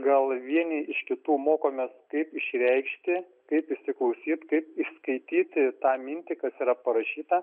gal vieni iš kitų mokomės kaip išreikšti kaip įsiklausyt kaip išskaityti tą mintį kad yra parašyta